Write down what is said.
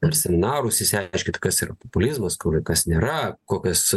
per seminarus išsiaiškint kas yra populizmas kur ir kas nėra kokios